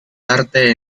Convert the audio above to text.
arte